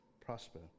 prosper